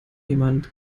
jemand